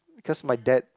because my dad